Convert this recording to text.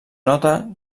nota